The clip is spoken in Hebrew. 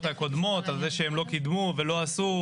הקודמות על זה שהם לא קידמו ולא עשו.